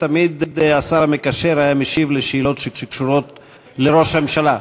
ותמיד השר המקשר היה משיב על השאלות שקשורות לראש הממשלה.